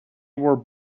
were